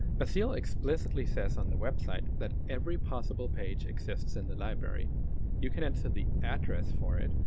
basile explicitly says on the website that every possible page exists in the library you can enter the address for it,